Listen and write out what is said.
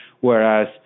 whereas